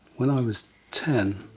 when i was ten,